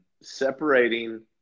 separating